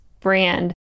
brand